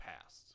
past